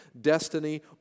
destiny